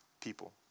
people